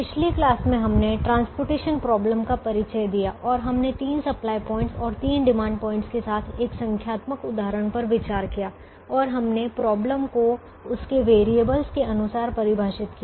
पिछली क्लास में हमने परिवहन समस्या का परिचय दिया और हमने तीन सप्लाई पॉइंट्स और तीन डिमांड पॉइंट्स के साथ एक संख्यात्मक उदहारण पर विचार किया और हमने समस्याको उसके वेरिएबल्स के अनुसार परिभाषित किया